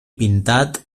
pintat